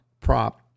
Prop